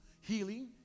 Healing